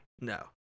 No